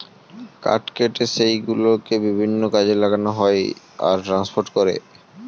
কাঠ কেটে সেই গুলোকে বিভিন্ন কাজে লাগানো হয় আর ট্রান্সপোর্ট করে